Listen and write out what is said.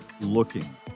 looking